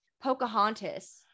Pocahontas